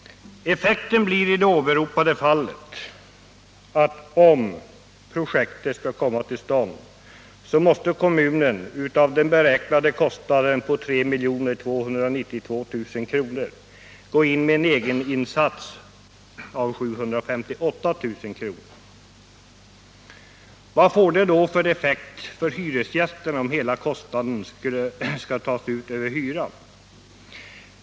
Effekten blir i det åberopade fallet att om projektet skall komma till stånd så måste kommunen av den beräknade kostnaden på 3 292 000 kr. gå in med en egeninsats av 758 000 kr. Vad får det då för effekt för hyresgästerna om hela kostnaden skall tas ut över hyran?